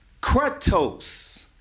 kratos